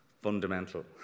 fundamental